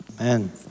Amen